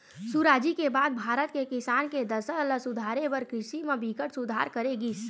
सुराजी के बाद भारत के किसान के दसा ल सुधारे बर कृषि म बिकट सुधार करे गिस